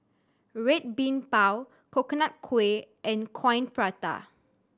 Red Bean Bao Coconut Kuih and Coin Prata